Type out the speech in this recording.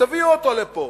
תביאו אותו לפה.